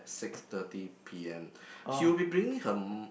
six thirty p_m she will be bringing her m~